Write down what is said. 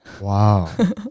Wow